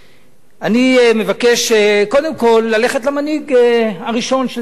אני מבקש קודם כול ללכת למנהיג הראשון של סיעת קדימה.